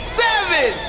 seven